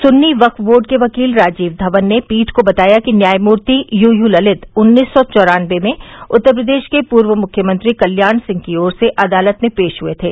Sunni Waqf board के वकील राजीव धवन ने पीठ को बताया कि न्यायमूर्ति यूयू ललित उन्नीस सौ चौरान्नवे में उत्तर प्रदेश के पूर्व मुख्यमंत्री कल्याण सिंह की ओर से अदालत में पेश हुए थे